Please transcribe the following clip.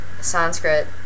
Sanskrit